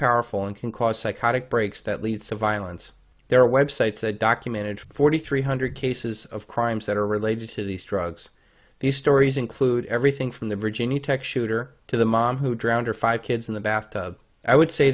powerful and can cause psychotic breaks that leads to violence there are websites that documented forty three hundred cases of crimes that are related to these drugs these stories include everything from the virginia tech shooter to the mom who drowned her five kids in the bathtub i would say